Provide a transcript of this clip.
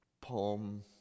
Palm